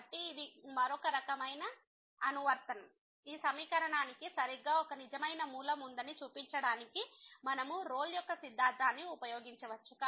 కాబట్టి ఇది మరొక రకమైన అనువర్తనం ఈ సమీకరణానికి సరిగ్గా ఒక నిజమైన మూలం ఉందని చూపించడానికి మనము రోల్ యొక్క సిద్ధాంతాన్ని ఉపయోగించవచ్చు